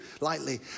lightly